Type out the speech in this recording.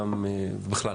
ובכלל.